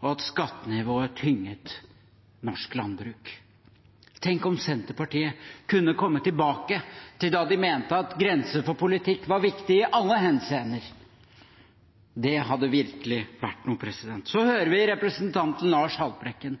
og at skattenivået tynget norsk landbruk. Tenk om Senterpartiet kunne komme tilbake til det de da mente – at grenser for politikk var viktig i alle henseender? Det hadde virkelig vært noe. Så hører vi representanten Lars Haltbrekken,